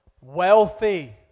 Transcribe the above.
Wealthy